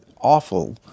awful